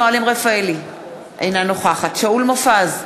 אינה נוכחת שאול מופז,